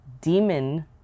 demon